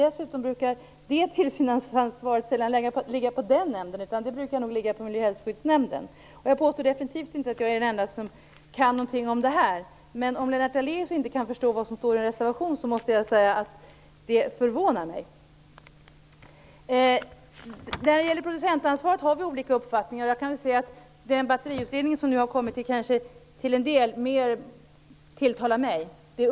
Dessutom ligger det tillsynsansvaret sedan länge ofta inte på den nämnden, utan det brukar ligga på miljö och hälsoskyddsnämnden. Jag påstår definitivt inte att jag är den enda som kan någonting om det här, men om Lennart Daléus inte kan förstå vad som står i en reservation så måste jag säga att det förvånar mig. Vi har olika uppfattningar vad gäller producentansvaret. Det förslag som Batteriutredningen nu har lagt fram tilltalar till en del kanske mig mer.